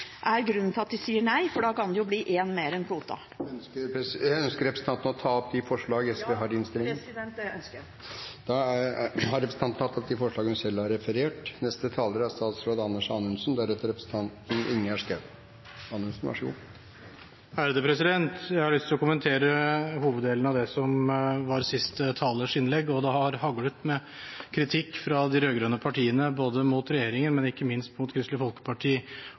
er grunnen til at regjeringen sier nei, for da kan det jo bli én mer enn kvoten. Ønsker representanten å ta opp SVs forslag? Ja, president, det ønsker jeg. Representanten Karin Andersen har tatt opp de forslagene hun refererte til. Jeg har lyst til å kommentere hoveddelen av det som var siste talers innlegg. Det har haglet med kritikk fra de rød-grønne partiene både mot regjeringen og ikke minst mot Kristelig Folkeparti